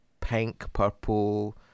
pink-purple